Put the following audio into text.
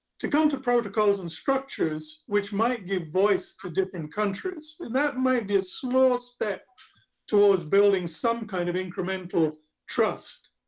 to come to protocols and structures which might give voice to different countries. and that might be a small step towards building some kind of incremental trust.